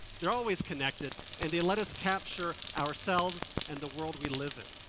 they're always connected and they let us capture ourselves and the world we live in.